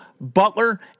Butler